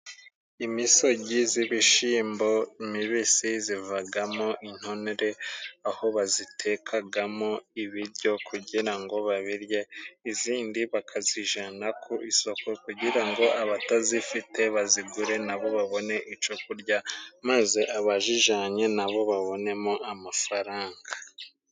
Imisogi z'ibishimbo mibisi zivagamo intonore, aho bazitekagamo ibiryo kugira ngo babirye izindi bakazijana ku isoko, kugira ngo abatazifite bazigure na bo babone ico kurya maze abajijanye nabo babonemo amafaranga.